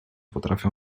potrafią